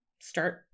start